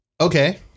Okay